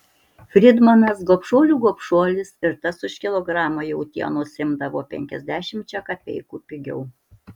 fridmanas gobšuolių gobšuolis ir tas už kilogramą jautienos imdavo penkiasdešimčia kapeikų pigiau